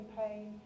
pain